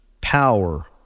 power